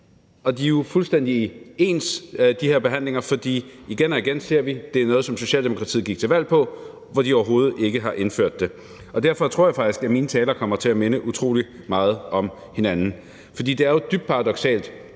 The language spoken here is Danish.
er jo fuldstændig ens, for igen og igen ser vi, at det er noget, som Socialdemokratiet gik til valg på, og som de overhovedet ikke har indført. Derfor tror jeg faktisk, at mine taler kommer til at minde utrolig meget om hinanden. Det er jo dybt paradoksalt,